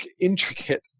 intricate